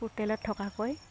হোটেলত থকাকৈ